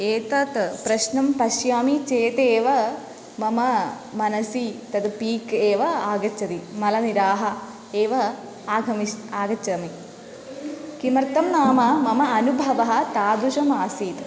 एतं प्रश्नं पश्यामि चेदेव मम मनसि तद् पीक् एव आगच्छति मलनिराः एव आगमिष्यति आगच्छामि किमर्थं नाम मम अनुभवः तादृशम् आसीत्